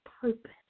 purpose